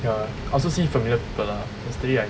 ya I also see familiar people lah yesterday I